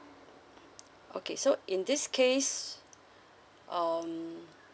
okay so in this case um